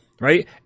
right